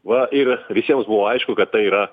va ir visiems buvo aišku kad tai yra